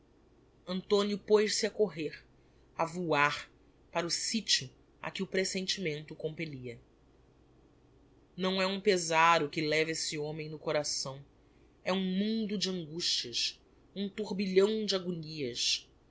curumim antonio poz-se a correr a voar para o sitio a que o presentimento o compellia não é um pezar o que leva esse homem no coração é um mundo de angustias um turbilhão de agonias